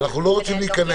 אנחנו לא רוצים להיכנס.